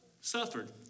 suffered